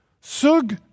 Sug